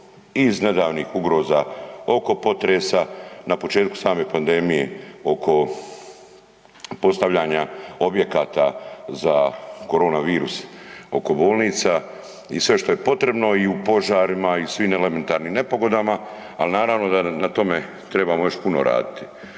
iz nedavnih ugroza oko potresa, na početku same pandemije oko postavljanja objekata za korona virus oko bolnica i sve što je potrebno i u požarima i svim elementarnim nepogodama. Ali naravno da na tome trebamo još puno raditi.